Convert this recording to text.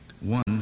One